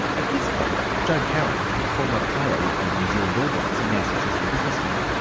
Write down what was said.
at this point, joe karam, a former player with the new zealand all blacks and now successful businessman,